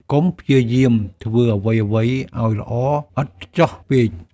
កុំព្យាយាមធ្វើអ្វីៗឱ្យល្អឥតខ្ចោះពេក ។